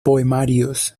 poemarios